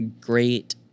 great